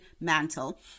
mantle